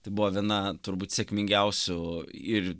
tai buvo viena turbūt sėkmingiausių ir